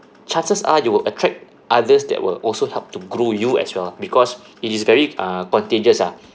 chances are you will attract others that will also help to grow you as well because it is very uh contagious ah